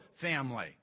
family